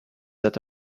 that